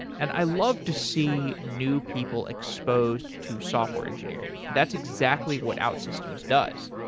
and i love to see new people exposed to software engineering. that's exactly what outsystems does.